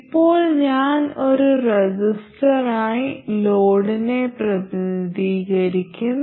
ഇപ്പോൾ ഞാൻ ഒരു റെസിസ്റ്ററായി ലോഡിനെ പ്രതിനിധീകരിക്കും